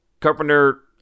Carpenter